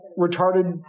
retarded